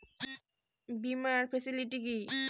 বীমার ফেসিলিটি কি?